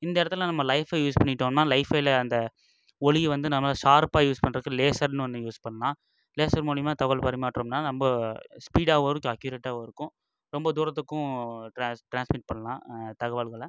இந்த இடத்துல நம்ம லைஃபை யூஸ் பண்ணிக்கிட்டோனால் லைஃபில் அந்த ஒளியை வந்து நம்ம ஷார்ப்பாக யூஸ் பண்றதுக்கு லேசர்னு ஒன்று யூஸ் பண்ணலாம் லேசர் மூலிமா தகவல் பரிமாற்றம்னால் ரொம்ப ஸ்பீடாகவும் இருக்கும் அக்யூரேட்டாகவும் இருக்கும் ரொம்ப தூரத்துக்கும் டிராஸ் டிரான்ஸ்மிட் பண்ணலாம் தகவல்களை